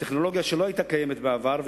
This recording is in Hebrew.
טכנולוגיה שלא היתה קיימת בעבר,